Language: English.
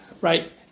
right